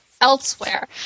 elsewhere